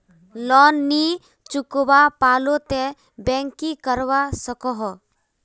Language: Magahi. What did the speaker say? लोन नी चुकवा पालो ते बैंक की करवा सकोहो?